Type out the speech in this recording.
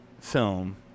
film